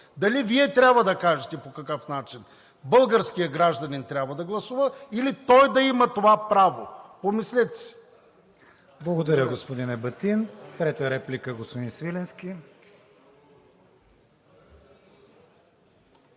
Дали Вие трябва да кажете по какъв начин българският гражданин трябва да гласува, или той да има това право? Помислете си. ПРЕДСЕДАТЕЛ КРИСТИАН ВИГЕНИН: Благодаря, господин Ебатин. Трета реплика – господин Свиленски.